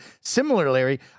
Similarly